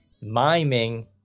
miming